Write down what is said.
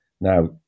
now